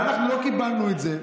ואנחנו לא קיבלנו את זה,